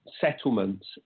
settlements